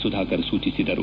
ಸುಧಾಕರ್ ಸೂಚಿಸಿದರು